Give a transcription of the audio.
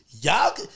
y'all